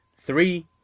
three